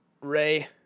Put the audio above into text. Ray